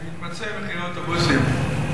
אני מתמצא במחירי אוטובוסים,